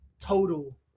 total